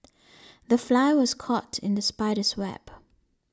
the fly was caught in the spider's web